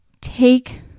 take